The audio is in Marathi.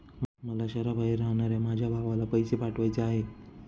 मला शहराबाहेर राहणाऱ्या माझ्या भावाला पैसे पाठवायचे आहेत